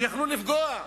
והיו עלולות לפגוע.